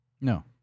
No